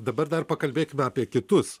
dabar dar pakalbėkime apie kitus